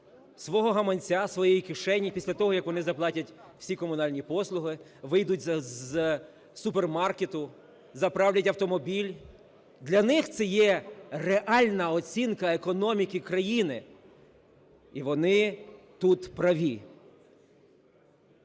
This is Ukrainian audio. свого гаманця, своєї кишені після того, як вони заплатять всі комунальні послуги, вийдуть із супермаркету, заправлять автомобіль. Для них це є реальна оцінка економіки країни, і вони тут праві.